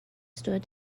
stood